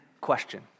question